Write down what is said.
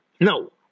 No